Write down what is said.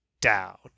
down